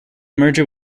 merger